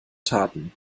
taten